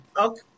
Okay